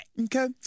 Okay